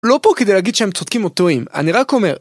לא פה כדי להגיד שהם צודקים או טועים, אני רק אומר